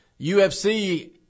UFC